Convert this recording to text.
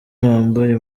wambaye